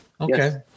Okay